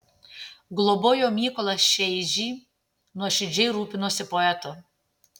globojo mykolą šeižį nuoširdžiai rūpinosi poetu